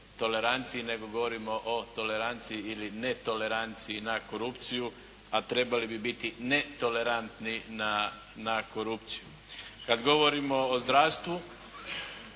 toleranciji, nego govorimo o toleranciji ili netoleranciji na korupciju, a trebali bi biti netolerantni na korupciju. Kad govorimo o zdravstvu